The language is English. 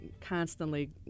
constantly